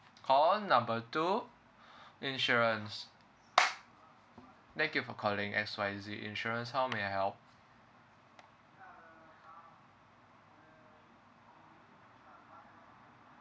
call number two insurance thank you for calling X Y Z insurance how may I help